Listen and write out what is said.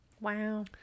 Wow